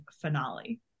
finale